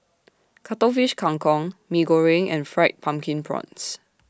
Cuttlefish Kang Kong Mee Goreng and Fried Pumpkin Prawns